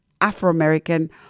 Afro-American